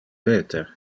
peter